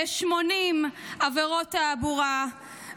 כ-80 עבירות תעבורה,